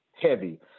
heavy